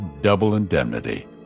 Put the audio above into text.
double-indemnity